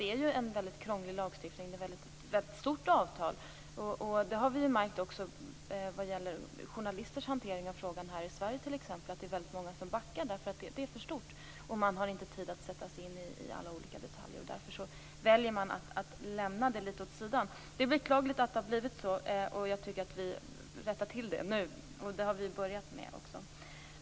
Det är ju en väldigt krånglig lagstiftning och ett väldigt stort avtal. Vi har märkt, vad gäller journalisters hantering av frågan här i Sverige t.ex., att det är väldigt många som backar därför att den är för stor. Man har inte tid att sätta sig in i alla olika detaljer, och därför väljer man att lämna det litet åt sidan. Det är beklagligt att det har blivit så. Jag tycker att vi skall rätta till det nu, och det har vi också börjat göra.